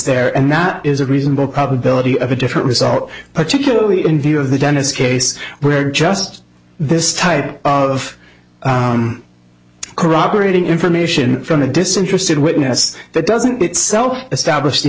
there and that is a reasonable probability of a different result particularly in view of the dennis case where just this type of corroborating information from a disinterested witness that doesn't itself establish the